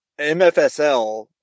MFSL